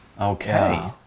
Okay